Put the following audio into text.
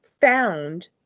found